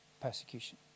persecution